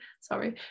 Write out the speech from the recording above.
sorry